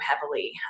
heavily